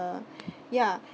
uh ya